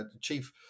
chief